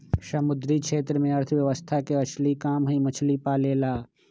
समुद्री क्षेत्र में अर्थव्यवस्था के असली काम हई मछली पालेला